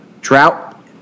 drought